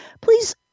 please